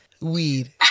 weed